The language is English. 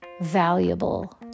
valuable